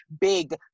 big